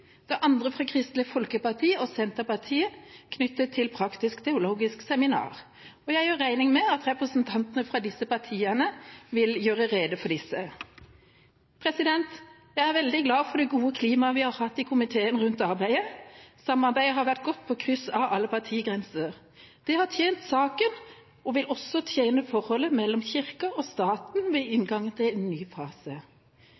Det andre er fra Kristelig Folkeparti og Senterpartiet knyttet til Det praktisk-teologiske seminar. Jeg regner med at representanter fra disse partiene vil gjøre rede for disse. Jeg er veldig glad for det gode klimaet vi har hatt i komiteen rundt arbeidet. Samarbeidet har vært godt på tvers av alle partigrenser. Det har tjent saken, og det vil også tjene forholdet mellom Kirken og staten ved